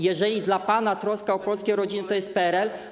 Jeżeli dla pana troska o polskie rodziny to jest PRL.